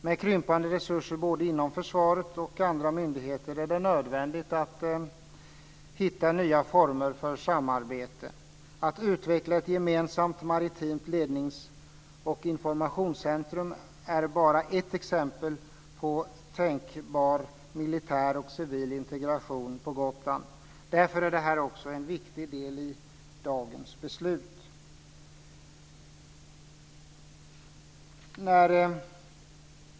Med krympande resurser inom både försvaret och andra myndigheter är det nödvändigt att hitta nya former för samarbete. Att utveckla ett gemensamt maritimt lednings och informationscentrum är bara ett exempel på tänkbar militär och civil integration på Gotland. Därför är det här också en viktig del i dagens beslut.